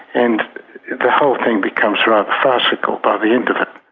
and the whole thing becomes rather farcical by the end of it.